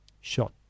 shot